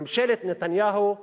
ממשלת נתניהו הלכה.